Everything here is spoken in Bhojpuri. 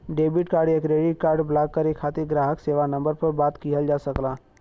डेबिट कार्ड या क्रेडिट कार्ड ब्लॉक करे खातिर ग्राहक सेवा नंबर पर बात किहल जा सकला